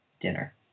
dinner